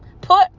Put